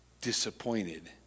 disappointed